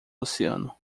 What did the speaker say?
oceano